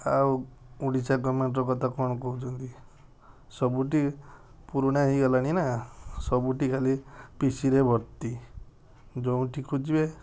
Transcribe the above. ଆଉ ଓଡ଼ିଶା ଗଭର୍ନମେଣ୍ଟର କଥା କ'ଣ କହୁଛନ୍ତି ସବୁଠି ପୁରୁଣା ହେଇଗଲାଣି ନା ସବୁଠି ଖାଲି ପିସିରେ ଭର୍ତ୍ତି ଯେଉଁଠି ଖୋଜିବେ